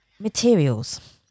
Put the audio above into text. Materials